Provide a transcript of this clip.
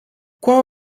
qual